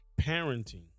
parenting